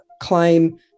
claim